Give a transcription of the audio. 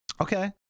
okay